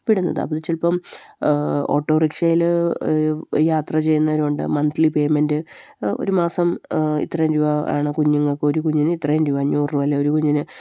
അപ്പം ചിലപ്പം ഓട്ടോറിക്ഷയില് യാത്ര ചെയ്യുന്നവരുണ്ട് മന്ത്ലി പേയ്മെൻറ് ഒരു മാസം ഇത്രയും രൂപയാണ് കുഞ്ഞുങ്ങള്ക്ക് ഒരു കുഞ്ഞിന് ഇത്രയും രൂപ അഞ്ഞൂറ് രൂപ അല്ലെങ്കില് ഒരു കുഞ്ഞിന്